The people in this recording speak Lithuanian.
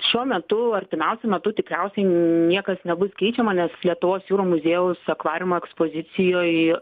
šiuo metu artimiausiu metu tikriausiai niekas nebus keičiama nes lietuvos jūrų muziejaus akvariumo ekspozicijoj